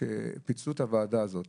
כאשר פיצלו את הוועדה הזאת